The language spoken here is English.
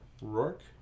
Rourke